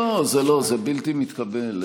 לא, זה לא, זה בלתי מתקבל.